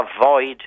avoid